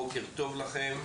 בוקר טוב לכם.